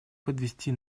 подвести